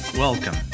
Welcome